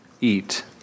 eat